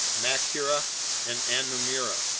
macrura and anomura.